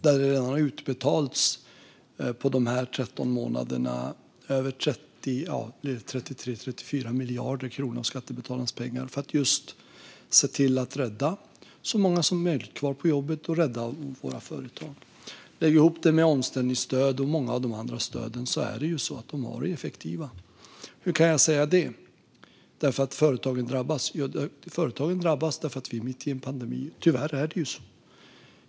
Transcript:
Där har det under de gångna 13 månaderna utbetalats 33-34 miljarder kronor av skattebetalarnas pengar just för att rädda så många som möjligt kvar på jobbet och för att rädda våra företag. Lägg därtill omställningsstöd och många av de andra stöden. De har varit effektiva. Hur kan jag då säga det fastän företagen drabbas? Jo, företagen drabbas för att vi är mitt i en pandemi. Tyvärr är det så.